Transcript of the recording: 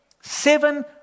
Seven